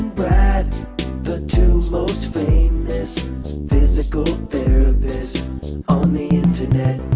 brad the two most famous physical therapists on the internet